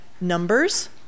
numbers